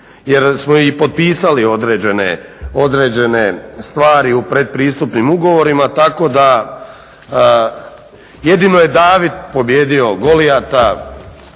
jer smo i potpisali i određene stvari u pretpristupnim ugovorima tako da jedino je David pobijedio Golijata